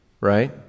Right